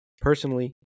personally